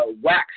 wax